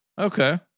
Okay